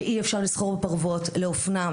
שאי אפשר לסחור פרוות לאופנה,